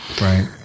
Right